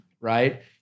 right